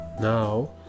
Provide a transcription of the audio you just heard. now